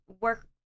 work